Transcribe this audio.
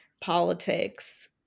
politics